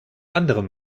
anderen